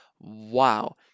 Wow